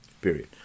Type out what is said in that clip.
Period